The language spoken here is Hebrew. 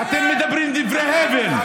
אתם מדברים דברי הבל.